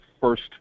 first